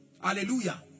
Hallelujah